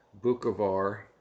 Bukovar